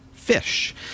Fish